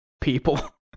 people